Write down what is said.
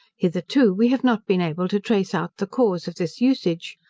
hitherto we have not been able to trace out the cause of this usage.